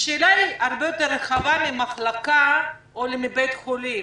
השאלה היא הרבה יותר רחבה מאשר ממחלקה או בית חולים: